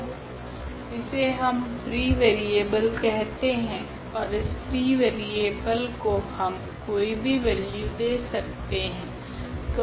तो इसे हम फ्री वारिएबल कहते है ओर इस फ्री वारिएबल को हम कोई भी वैल्यू दे सकते है